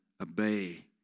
obey